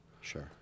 Sure